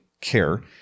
care